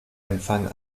empfang